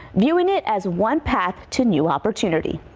viewing it as one path to new opportunity.